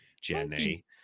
Jenny